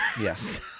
yes